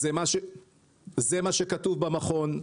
זה מה שכתוב במכון.